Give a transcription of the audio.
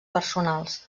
personals